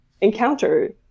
encounter